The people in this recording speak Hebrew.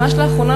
ממש לאחרונה,